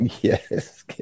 Yes